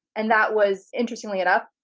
and that was interestingly enough,